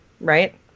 right